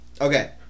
Okay